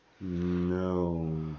No